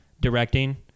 directing